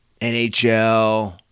NHL